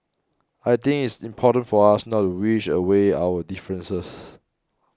I think it's important for us not wish away our differences